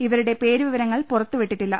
ഇവരുടെ പേര് വിവരങ്ങൾ പുറത്തുവിട്ടിട്ടി ല്ല